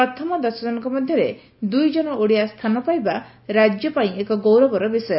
ପ୍ରଥମ ଦଶଜଣଙ୍କ ମଧରେ ଦୁଇଜଣ ଓଡିଆ ସ୍ଥାନ ପାଇବା ରାଜ୍ୟ ପାଇଁ ଏକ ଗୌରବର ବିଷୟ